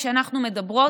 כשאנחנו מדברות,